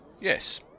Yes